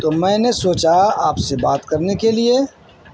تو میں نے سوچا آپ سے بات کرنے کے لیے